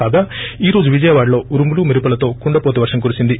కాగా ఈ రోజు విజయవాడలో ఉరుములు మెరుపులతో కుండపోత వర్గం కురిసింది